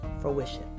fruition